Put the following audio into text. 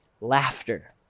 laughter